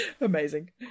amazing